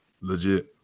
Legit